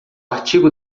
artigo